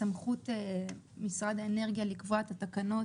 סמכות משרד האנרגיה לקבוע את התקנות